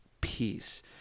peace